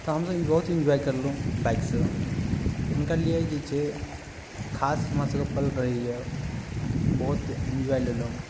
तऽ हमसभ बहुत इन्जॉय कयलहुँ बाइकसँ हुनका लिए जे छै खास हमरासभके पल रहैए बहुत इन्जॉय लेलहुँ